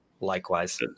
Likewise